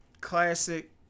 classic